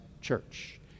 church